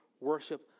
worship